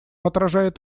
отражает